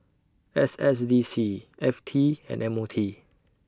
S S D C F T and M O T